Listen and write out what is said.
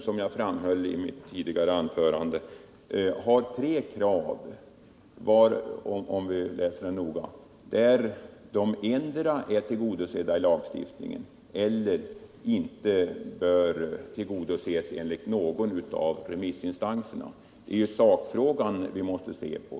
Som jag framhöll i mitt tidigare anförande har mo tionen tre krav, om vi läser den noga, som antingen är tillgodosedda i lagstiftningen eller som enligt remissinstanserna inte bör tillgodoses. Det är sakfrågan vi måste inrikta oss på.